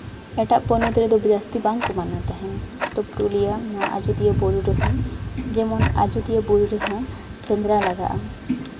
ᱮᱴᱟᱜ ᱯᱚᱱᱚᱛ ᱨᱮᱫᱚ ᱡᱟᱹᱥᱛᱤ ᱵᱟᱝᱠᱚ ᱢᱟᱱᱟᱣ ᱛᱟᱦᱮᱱᱟ ᱛᱚ ᱯᱩᱨᱩᱞᱤᱭᱟᱹ ᱟᱡᱳᱫᱤᱭᱟᱹ ᱵᱩᱨᱩ ᱨᱮᱦᱚᱸ ᱡᱮᱢᱚᱱ ᱟᱡᱳᱫᱤᱭᱟᱹ ᱵᱩᱨᱩ ᱨᱮᱦᱚᱸ ᱥᱮᱸᱫᱽᱨᱟ ᱞᱟᱜᱟᱜᱼᱟ